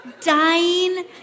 dying